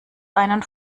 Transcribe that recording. einen